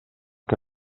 que